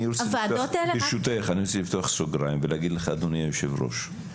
רק ברשותך אני רוצה לפתוח סוגריים ולהגיד לך אדוני יושב הראש,